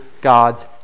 God's